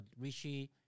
Rishi